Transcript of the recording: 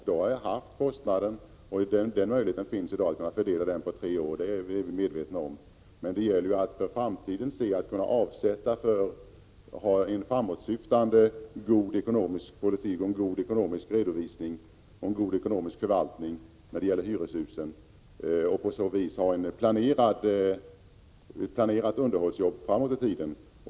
Då har jag haft kostnaden. Att möjligheten finns i dag att kunna fördela den på tre år är vi medvetna om. Men det gäller att kunna avsätta medel för framtiden, att ha en framåtsyftande god ekonomisk politik, en god ekonomisk redovisning och en god ekonomisk förvaltning för hyreshusen. På så vis kan man planera underhållsjobb framåt i tiden.